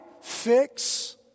fix